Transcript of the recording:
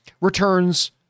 returns